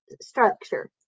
structure